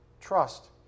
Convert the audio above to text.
trust